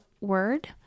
word